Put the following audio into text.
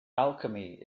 alchemy